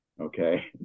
Okay